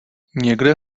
někde